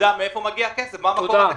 ונדע מאיפה מגיע הכסף, מה מקור התקציב.